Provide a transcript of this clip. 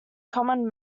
common